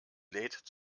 lädt